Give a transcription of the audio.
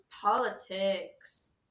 politics